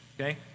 okay